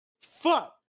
Fuck